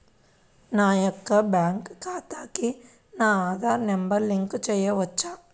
నా యొక్క బ్యాంక్ ఖాతాకి నా ఆధార్ నంబర్ లింక్ చేయవచ్చా?